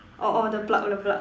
orh orh the plug the plug